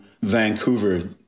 Vancouver